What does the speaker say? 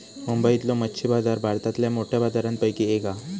मुंबईतलो मच्छी बाजार भारतातल्या मोठ्या बाजारांपैकी एक हा